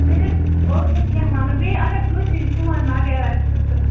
بیٚیہِ اوسوٕ کیٚنٛہہ وَنُن بیٚیہِ اگر کٲنٛسہِ ہٕنٛدۍ فون وَغیرہ چھِ تہٕ